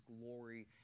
glory